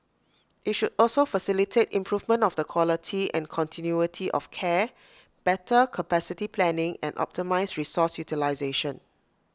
IT should also facilitate improvement of the quality and continuity of care better capacity planning and optimise resource utilisation